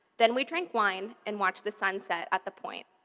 then we drank wine and watched the sunset at the point.